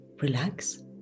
relax